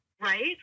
right